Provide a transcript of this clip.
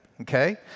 okay